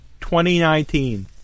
2019